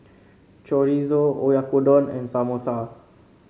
Chorizo Oyakodon and Samosa